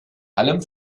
allem